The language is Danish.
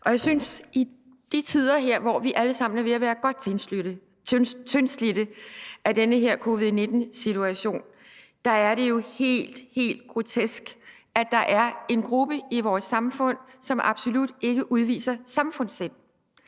Jeg synes, at i de her tider, hvor vi alle sammen er ved at være godt tyndslidte på grund af den her covid-19-situation, er det helt, helt grotesk, at der er en gruppe i vores samfund, som absolut ikke udviser samfundssind.